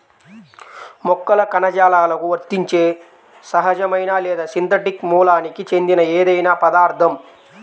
మొక్కల కణజాలాలకు వర్తించే సహజమైన లేదా సింథటిక్ మూలానికి చెందిన ఏదైనా పదార్థం